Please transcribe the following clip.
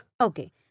Okay